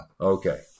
Okay